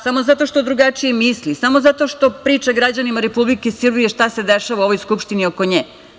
Samo zato što drugačije misli, samo zato što priča građanima Republike Srbije šta se dešava u ovoj Skupštini oko nje.